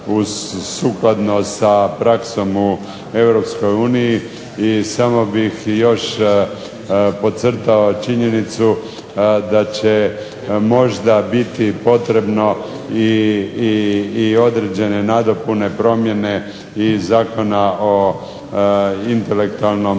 sukladno sa praksom u Europskoj uniji. I samo bih još podcrtao činjenicu da će možda biti potrebno i određene nadopune promjene iz Zakona o intelektualnom